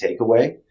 takeaway